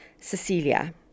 Cecilia